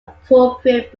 appropriate